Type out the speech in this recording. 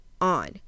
on